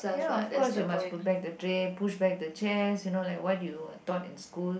ya of course you must put back the tray push back the chair you know like what you were taught in school